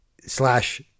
slash